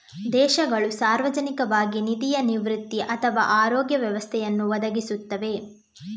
ದೇಶಗಳು ಸಾರ್ವಜನಿಕವಾಗಿ ನಿಧಿಯ ನಿವೃತ್ತಿ ಅಥವಾ ಆರೋಗ್ಯ ವ್ಯವಸ್ಥೆಯನ್ನು ಒದಗಿಸುತ್ತವೆ